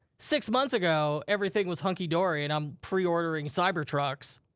six months ago, everything was hunky dory, and i'm pre-ordering cybertrucks.